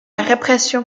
répression